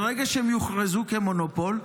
ברגע שהן יוכרזו כמונופול,